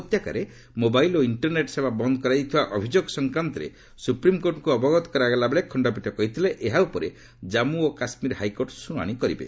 ଉପତ୍ୟକାରେ ମୋବାଇଲ୍ ଓ ଇଣ୍ଟରନେଟ୍ ସେବା ବନ୍ଦ କରାଯାଇଥିବା ଅଭିଯୋଗ ସଂକ୍ରାନ୍ତରେ ସୁପ୍ରିମ୍କୋର୍ଟଙ୍କୁ ଅବଗତ କରାଗଲା ବେଳେ ଖଣ୍ଡପୀଠ କହିଥିଲେ ଏହା ଉପରେ ଜାମ୍ମୁ ଓ କାଶ୍ମୀର ହାଇକୋର୍ଟ ଶୁଣାଶି କରିବେ